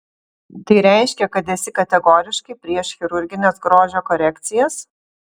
tai reiškia kad esi kategoriškai prieš chirurgines grožio korekcijas